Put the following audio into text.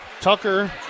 Tucker